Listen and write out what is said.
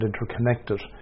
interconnected